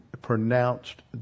pronounced